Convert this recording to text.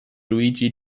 luigi